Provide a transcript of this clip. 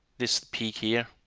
this peak here.